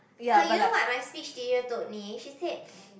ah you know what my speech teacher told me she said